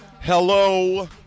Hello